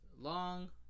long